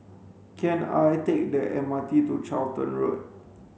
can I take the M R T to Charlton Road